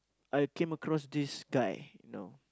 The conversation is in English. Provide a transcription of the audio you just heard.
I came across this guy you know